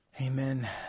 Amen